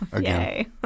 yay